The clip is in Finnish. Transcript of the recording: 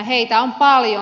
heitä on paljon